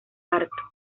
parto